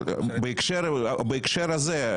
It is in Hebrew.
בהקשר הזה.